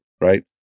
right